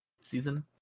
season